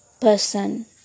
person